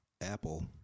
Apple